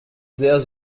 sehr